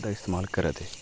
एह्दा इस्तेमाल करा दे